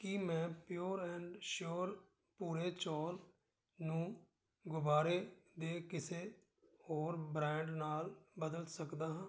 ਕੀ ਮੈਂ pure and sure ਭੂਰੇ ਚੌਲ ਨੂੰ ਗੁਬਾਰੇ ਦੇ ਕਿਸੇ ਹੋਰ ਬ੍ਰੈਂਡ ਨਾਲ ਬਦਲ ਸਕਦਾ ਹਾਂ